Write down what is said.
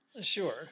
Sure